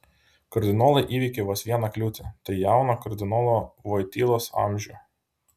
kardinolai įveikė vos vieną kliūtį tai jauną kardinolo voitylos amžių